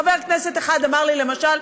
חבר כנסת אחד אמר לי, למשל: